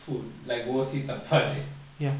food like ஓசி சாப்பாடு:osi sappadu